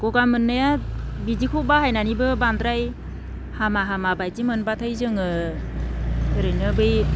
गगा मोननाया बिदिखौ बाहायनानै बानद्राय हामा हामाबायदि मोनब्लाथाय जोङो ओरैनो बै